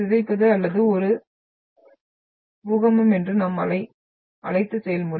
சிதைப்பது அல்லது இது ஒரு பூகம்பம் என்று நாம் அழைத்த செயல்முறை